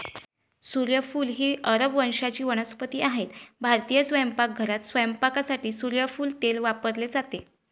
सूर्यफूल ही अरब वंशाची वनस्पती आहे भारतीय स्वयंपाकघरात स्वयंपाकासाठी सूर्यफूल तेल वापरले जाते